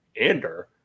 Ander